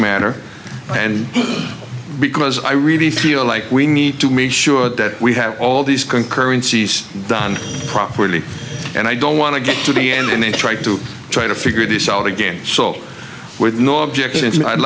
matter and because i really feel like we need to make sure that we have all these concurrency done properly and i don't want to get to the end they try to try to figure this out again so with no object